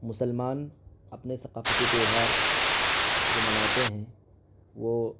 مسلمان اپنے ثقافتی تہوار جو مناتے ہیں وہ